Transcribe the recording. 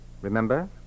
Remember